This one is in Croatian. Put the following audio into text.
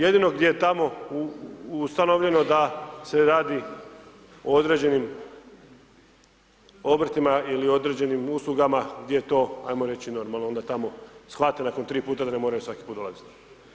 Jedino gdje je tamo ustanovljeno da se radi o određenim obrtima ili određenim uslugama gdje je to ajmo reći normalno, onda tamo shvate nakon tri puta da ne moraju svaki puta dolaziti.